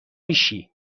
میشی